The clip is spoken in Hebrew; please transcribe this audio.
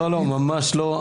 ממש לא.